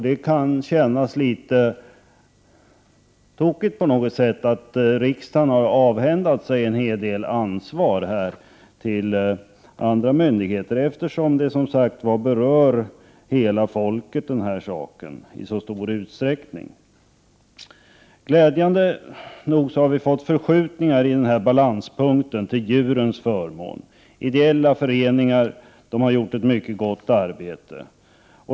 Det kan på något sätt kännas litet tokigt att riksdagen har avhänt sig en hel del ansvar till andra myndigheter, eftersom frågan i så stor utsträckning berör hela folket. Glädjande nog har det gjorts förskjutningar i balanspunkten till djurens förmån. Ideella föreningar har gjort ett mycket gott arbete.